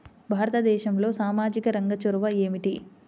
భారతదేశంలో సామాజిక రంగ చొరవ ఏమిటి?